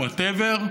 whatever,